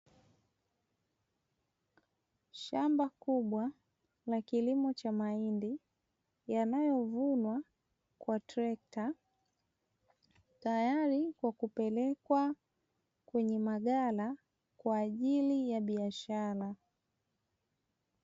Shamba kubwa la kilimo cha mahindi yanayovunwa kwa trekta, tayari kwa kupelekwa kwenye maghala kwa ajili ya biashara.